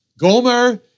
Gomer